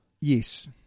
Yes